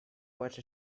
what